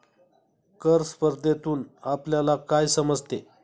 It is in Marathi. कर स्पर्धेतून आपल्याला काय समजते?